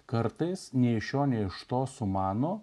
kartais nei iš šio nei iš to sumano